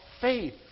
faith